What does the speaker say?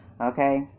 Okay